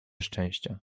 szczęścia